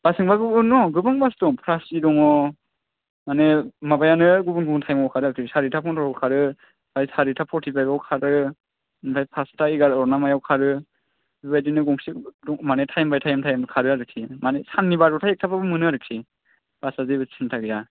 बासजोंबा गोबाङानो दं गोबां बास दं कासनि दङ माने माबायानो गुबुन गुबुन टाइमाव खारो आरो खि सारिता पन्द्र'आव खारो ओमफ्राय सारिता फर्टिफाइफआव खारो ओमफ्राय पासता एगार' ना मायाव खारो बिबायदिनो गंसे माने time by time time by time खारो आरोखि माने साननि बार'ता एकताबाबो मोनो आरोखि बासआ जेबो सिन्था गैया